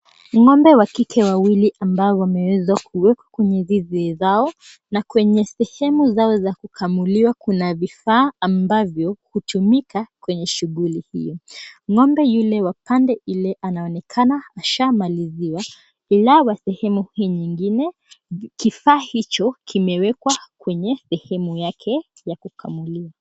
Ng'ombe wa kike wawili ambao wameweza kuwekwa kwenye zizi zao na kwenye sehemu zao za kukamuliwa, kuna vifaa ambavyo hutumika kwenye shughuli hiyo. Ng'ombe yule wa pande ile anaonekana ashamaliziwa ila wa sehemu hii nyingine, kifaa hicho kimewekwa kwenye sehemu yake ya kukamuliwa.